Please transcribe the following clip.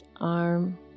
arm